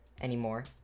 anymore